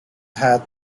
had